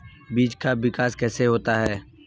बीज का विकास कैसे होता है?